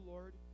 Lord